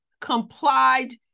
complied